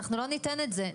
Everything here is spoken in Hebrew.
אנחנו לא ניתן את זה.